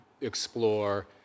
explore